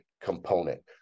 component